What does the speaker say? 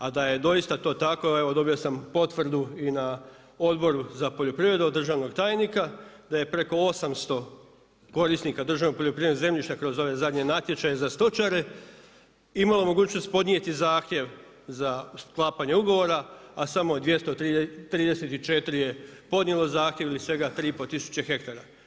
A da je doista to tako, evo dobio sam potvrdu i na Odboru za poljoprivredu od državnog tajnika, da je preko 800 korisnika državnog poljoprivrednog zemljišta kroz ove zadnje natječaje za stočare, imali mogućnost podnijeti zahtjev za sklapanje ugovora a samo 234 je podnijelo zahtjev ili svega 3 i pol tisuće hektara.